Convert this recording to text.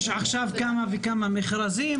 יש עכשיו כמה וכמה מכרזים,